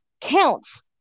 counts